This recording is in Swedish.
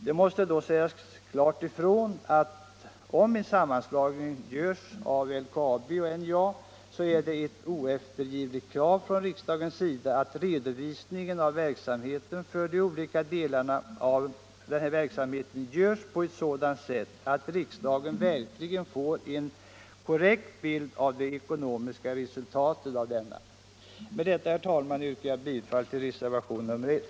Det måste då sägas klart ifrån, att om LKAB och NJA slås samman är det ett oeftergivligt krav från riksdagens sida att redovisningen för de olika delarna av verksamheten görs på ett sådant sätt, att riksdagen verkligen får en korrekt bild av det ekonomiska resultatet. Med detta, herr talman, yrkar jag bifall till reservationen 1.